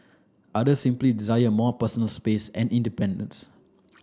others simply desire more personal space and independence